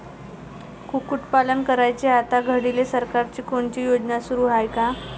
कुक्कुटपालन करायले आता घडीले सरकारची कोनची योजना सुरू हाये का?